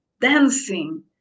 dancing